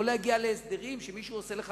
לא להגיע להסדרים שבהם מישהו עושה לך